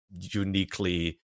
uniquely